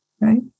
right